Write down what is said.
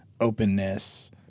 openness